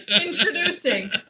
introducing